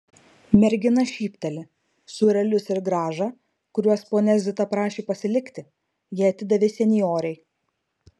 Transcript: mergina šypteli sūrelius ir grąžą kuriuos ponia zita prašė pasilikti ji atidavė senjorei